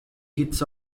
hits